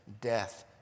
death